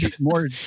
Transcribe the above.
More